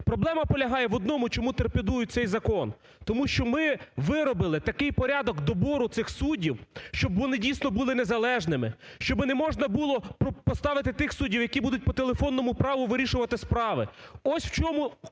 Проблема полягає в одному, чому "торпедують" цей закон тому що ми виробили такий порядок добору цих суддів, щоб вони, дійсно, були незалежними, щоби не можна було поставити тих суддів, які будуть по телефонному праву вирішувати справи, ось в чому